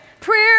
prayer